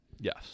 Yes